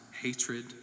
hatred